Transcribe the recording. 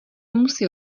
musí